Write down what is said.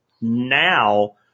now